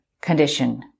condition